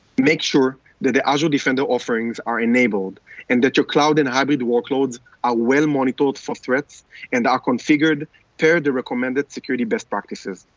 make sure that the azure defender offerings are enabled and that your cloud and hybrid workloads are well monitored for threats and are configured per the recommended security best practice.